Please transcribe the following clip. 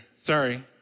Sorry